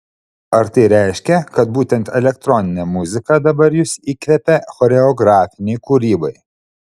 ar tai reiškia kad būtent elektroninė muzika dabar jus įkvepia choreografinei kūrybai